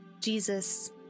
Jesus